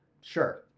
Sure